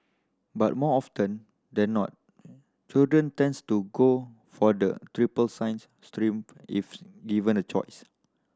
but more often than not students tend to go for the triple science stream if given a choice